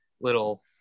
little